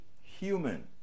human